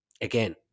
Again